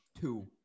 Two